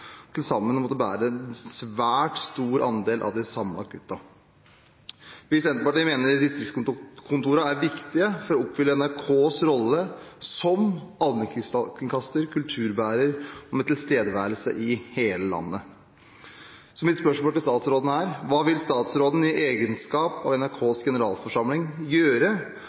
til sammen å måtte bære 90 pst. av de samla kutta. Senterpartiet mener distriktskontorene er viktige for å oppfylle NRKs rolle som allmennkringkaster og kulturbærer. Hva vil statsråden, i egenskap av NRKs generalforsamling, gjøre